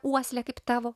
uoslę kaip tavo